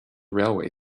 railway